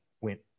went